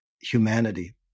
humanity